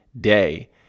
day